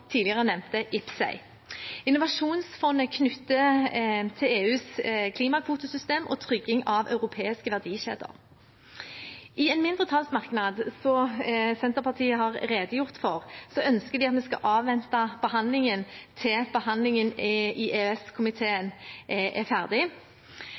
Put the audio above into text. tidligere nevnte IPCEI. Innovasjonsfondet knyttes til EUs klimakvotesystem og trygging av europeiske verdikjeder. I en mindretallsmerknad, som Senterpartiet har redegjort for, ønsker man at vi skal avvente behandlingen til behandlingen i